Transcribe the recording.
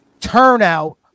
turnout